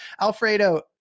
alfredo